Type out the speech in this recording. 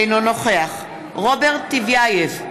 אינו נוכח רוברט טיבייב,